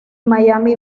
miami